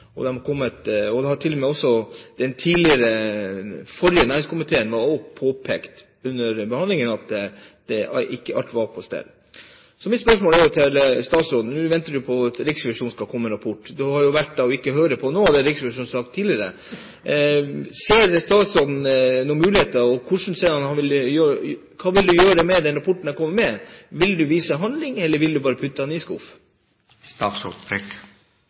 og de har kommet med krass kritikk og faktisk bedt om at det skal skje vedtak – at det ikke holder helt mål det som Stortinget har vedtatt. Den forrige næringskomiteen påpekte også under behandlingen at ikke alt var på stell. Nå venter vi på at Riksrevisjonen skal komme med en rapport. Statsråden har jo valgt ikke å høre på noe av det som Riksrevisjonen har sagt tidligere. Jeg vil spørre statsråden: Ser statsråden noen muligheter? Hva vil han gjøre med den rapporten som Riksrevisjonen kommer med? Vil statsråden vise handling, eller vil han bare putte den i